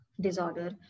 disorder